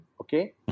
okay